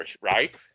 right